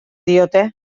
diote